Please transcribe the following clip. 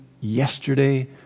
yesterday